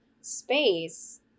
space